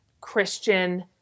Christian